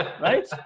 right